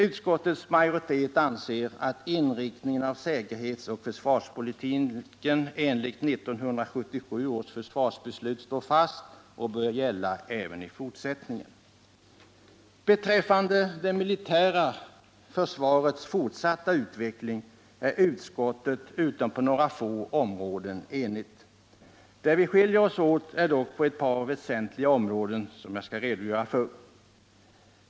Utskottets majoritet anser att inriktningen av säkerhetsoch försvarspolitiken enligt 1977 års försvarsbeslut står fast och bör göra det även i fortsättningen. Beträffande det militära försvarets fortsatta utveckling är utskottet enigt på alla utom några få områden. Vi skiljer oss dock åt på ett par väsentliga områden, som jag skall redogöra för.